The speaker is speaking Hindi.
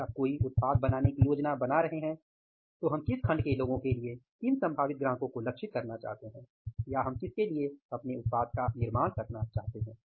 यदि आप कोई उत्पाद बनाने की योजना बना रहे हैं तो हम किस खण्ड के लोगों के लिए किन संभावित ग्राहकों को लक्षित करना चाहते हैं या हम किसके लिए उत्पाद का निर्माण करना चाहते हैं